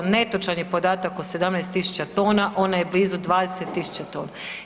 Netočan je podatak o 17000 tona, ona je blizu 20 000 tona.